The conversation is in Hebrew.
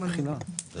הזאת.